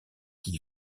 qui